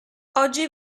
oggi